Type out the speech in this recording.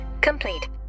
complete